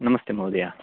नमस्ते महोदय